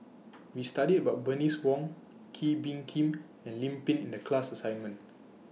We studied about Bernice Wong Kee Bee Khim and Lim Pin in The class assignment